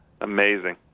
amazing